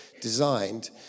designed